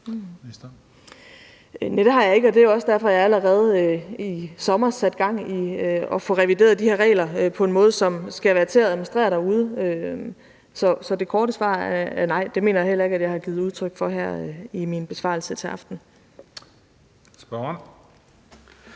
det har jeg ikke, og det er også derfor, at jeg allerede i sommer satte gang i at få revideret de her regler på en måde, som skal være til at administrere derude. Så det korte svar er nej. Jeg mener heller ikke, at jeg har givet udtryk for det i min besvarelse her til aften. Kl.